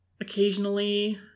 occasionally